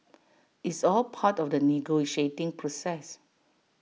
it's all part of the negotiating process